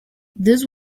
this